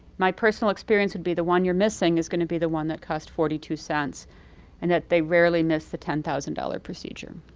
my personal experience would be the one you're missing is going to be the one that costs forty two cents and that they rarely miss the ten thousand dollars procedure.